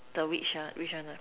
the which ah which one ah